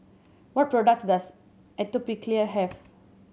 what products does Atopiclair have